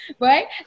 right